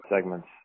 segments